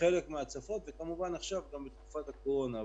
חלק מהצפות, ועכשיו כמובן גם בתקופת הקורונה.